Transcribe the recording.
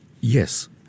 Yes